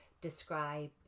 describe